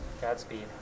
Godspeed